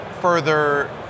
further